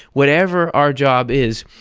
whatever our job is,